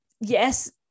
yes